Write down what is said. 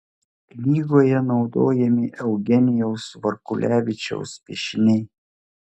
knygoje naudojami eugenijaus varkulevičiaus piešiniai